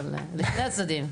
לשני הצדדים.